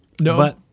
No